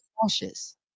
cautious